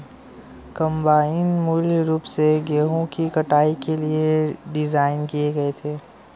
combine मूल रूप से गेहूं की कटाई के लिए डिज़ाइन किए गए थे